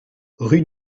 rue